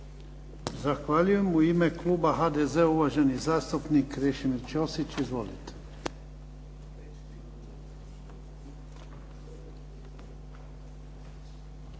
Zahvaljujem. U ime kluba HDZ-a, uvaženi zastupnik Krešimir Ćosić. Izvolite.